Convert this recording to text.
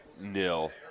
nil